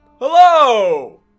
Hello